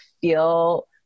feel